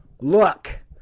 look